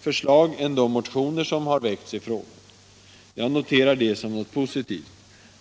förslag än de motioner som har väckts i frågan. Jag noterar det som någonting positivt.